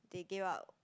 they give out